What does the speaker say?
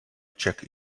check